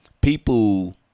People